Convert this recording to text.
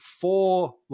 four